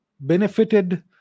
benefited